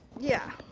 yeah.